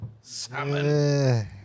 Salmon